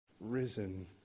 risen